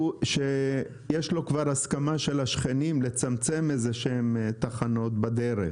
שיש לו כבר הסכמה של השכנים לצמצם תחנות כלשהן בדרך.